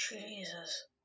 jesus